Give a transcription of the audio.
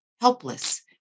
helpless